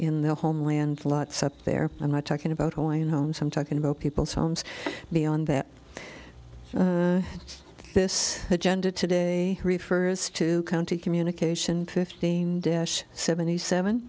in the homeland flotsam up there i'm not talking about going home some talking about people's homes beyond that this agenda today refers to county communication fifteen desh seventy seven